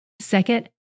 Second